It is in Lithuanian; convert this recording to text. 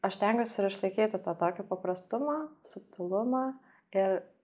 aš stengiuosi ir išlaikyti tą tokį paprastumą subtilumą ir